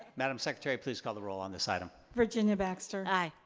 madame secretary, please call the roll on this item. virginia baxter. i.